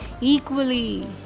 equally